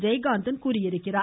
ஜெயகாந்தன் தெரிவித்துள்ளார்